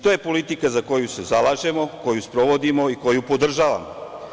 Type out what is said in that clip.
To je politika za koju se zalažemo, koju sprovodimo i koju podržavamo.